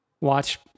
watch